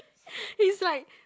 he's like